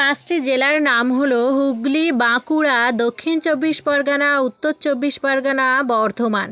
পাঁচটি জেলার নাম হলো হুগলি বাঁকুড়া দক্ষিণ চব্বিশ পরগনা উত্তর চব্বিশ পরগান বর্ধমান